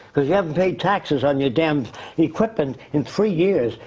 cause you haven't paying taxes on your damn equipment in three years.